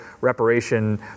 reparation